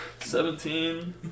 Seventeen